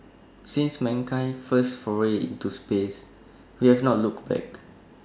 since mankind's first foray into space we have not looked back